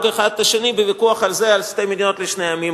אחד את השני בוויכוח על שתי מדינות לשני עמים.